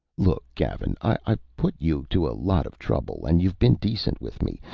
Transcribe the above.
look, gavin. i've put you to a lot of trouble and you've been decent with me.